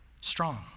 strong